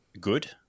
good